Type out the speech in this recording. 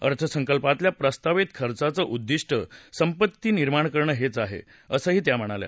अर्थसंकल्पातल्या प्रस्तावित खर्चाचं उद्विष्ट संपत्ती निर्माण करणं हेच आहे असं त्या म्हणाल्या